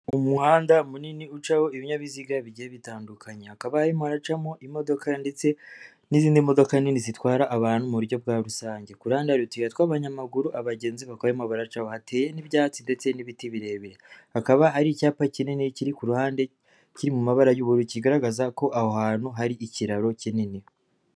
Umuhanda munini ucaho ibinyabiziga bigiye bitandukanye. Hakaba harimo haracamo imodoka ndetse n'izindi modoka nini zitwara abantu mu buryo bwa rusange. Ku ruhande hari utuyira tw'abanyamaguru abagenzi bakaba barimo baracaho. Hateye n'ibyatsi ndetse n'ibiti birebire. Hakaba ari icyapa kinini kiri ku ruhande, kiri mu mabara y'uburu kigaragaza ko aho hantu hari ikiraro kinini.